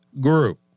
group